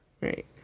right